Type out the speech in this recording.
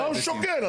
אז מה הוא שוקל?